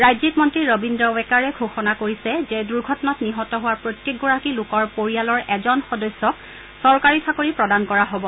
ৰাজ্যিক মন্ত্ৰী ৰবীদ্ৰ ৱেকাৰে ঘোষণা কৰিছে যে দূৰ্ঘটনাত নিহত হোৱা প্ৰত্যেকগৰাকী লোকৰ পৰিয়লৰ এজন সদস্যক চৰকাৰী চাকৰি প্ৰদান কৰা হ'ব